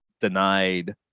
denied